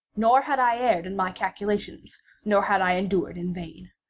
nor had i erred in my calculations nor had i endured in vain.